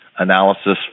analysis